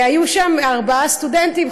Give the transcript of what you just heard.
היו שם ארבעה סטודנטים,